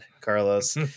Carlos